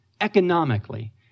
economically